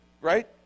Right